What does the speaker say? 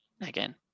again